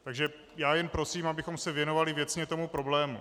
Takže já jen prosím, abychom se věnovali věcně tomu problému.